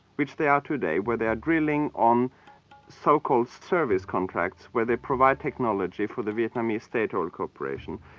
which they are today, where they are drilling on so-called service contracts, where they provide technology for the vietnamese state-owned corporation,